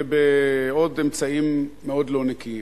ובעוד אמצעים מאוד לא נקיים.